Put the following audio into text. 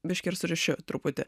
biškį ir su ryšiu truputį